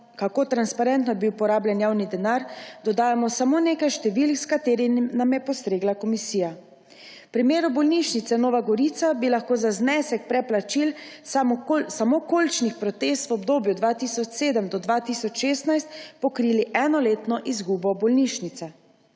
Kako transparentno je bil porabljen javni denar, dodajamo samo nekaj številk, s katerim nam je postregla komisija. V primeru bolnišnice Nova Gorica bi lahko za zneske preplačil samo kolčnih protez v obdobju 2007 do 2016 pokrili enoletno izgubo bolnišnice.